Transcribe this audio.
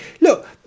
Look